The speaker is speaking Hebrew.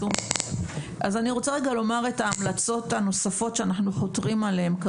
אני רוצה לומר את ההמלצות הנוספות שאנחנו חותרים אליהן,